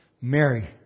Mary